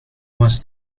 was